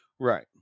right